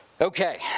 Okay